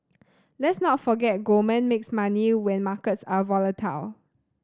let's not forget Goldman makes money when markets are volatile